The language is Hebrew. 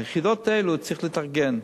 היחידות האלה צריכות להתארגן.